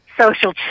social